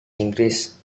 inggris